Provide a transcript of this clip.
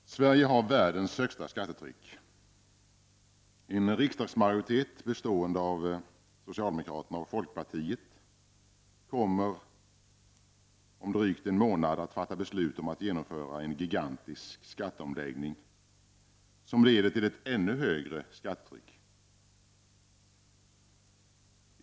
Herr talman! Sverige har världens högsta skattetryck. En riksdagsmajoritet bestående av socialdemokraterna och folkpartiet kommer om drygt en månad att fatta beslut om att genomföra en gigantisk skatteomläggning, som leder till ett ännu högre skattetryck.